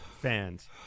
fans